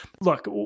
Look